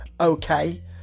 okay